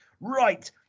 Right